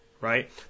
Right